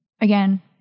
again